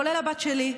כולל הבת שלי,